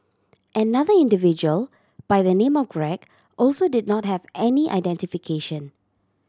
another individual by the name of Greg also did not have any identification